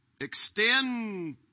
extend